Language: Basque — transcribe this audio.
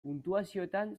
puntuazioetan